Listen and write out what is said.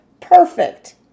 Perfect